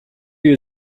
you